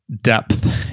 depth